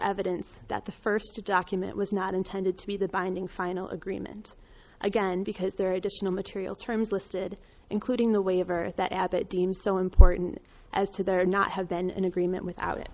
evidence that the first a document was not intended to be the binding final agreement again because there are additional material terms listed including the way of earth that abbott deemed so important as to their not have been an agreement without it